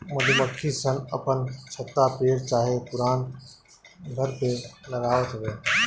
मधुमक्खी सन अपन छत्ता पेड़ चाहे पुरान घर में लगावत होई